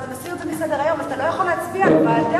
אתה מסיר את זה מסדר-היום ואתה לא יכול להצביע לוועדה,